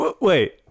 Wait